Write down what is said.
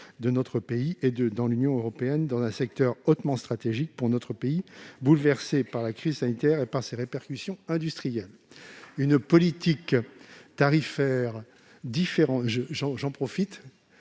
en France et dans l'Union européenne, dans un secteur hautement stratégique pour notre pays et bouleversé par la crise sanitaire et ses répercussions industrielles. Une politique tarifaire différenciée en fonction